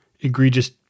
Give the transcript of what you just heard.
egregious